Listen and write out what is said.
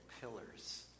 pillars